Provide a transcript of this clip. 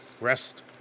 rest